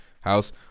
House